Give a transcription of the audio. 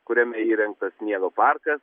kuriame įrengtas sniego parkas